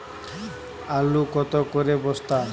আলু কত করে বস্তা?